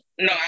No